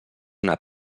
una